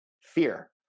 fear